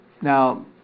Now